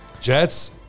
Jets